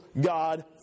God